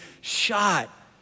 shot